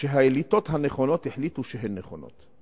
שהאליטות הנכונות החליטו שהן נכונות.